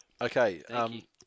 Okay